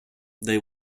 they